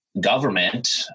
government